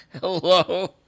Hello